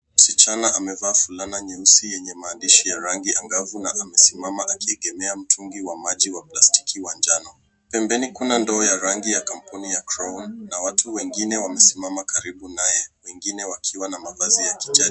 Msichana amevaa fulana nyeusi yenye mandishi ya rangi angavu na amesimama akiegemea mtungi wa maji wa plastiki wa manjano. Pembeni kuna ndoo ya rangi kampuni ya Crown na watu wengine wamesimama karibu naye wengine wakiwa na mavazi ya kijani.